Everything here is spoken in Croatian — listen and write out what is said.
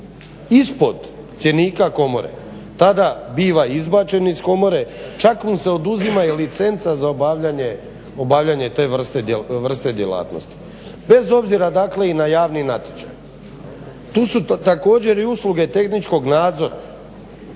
ispod cjenika komore tada biva izbačen iz komore. Čak mu se oduzima i licenca za obavljanje te vrste djelatnosti bez obzira dakle i na javni natječaj. Tu su također i usluge tehničkog nadzora,